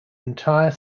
entire